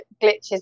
glitches